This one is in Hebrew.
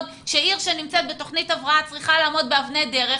שעיר שנמצאת בתוכנית הבראה צריכה לעמוד באבני דרך,